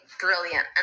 brilliant